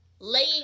laying